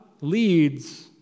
leads